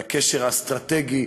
והקשר האסטרטגי,